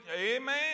Amen